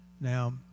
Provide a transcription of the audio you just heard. Now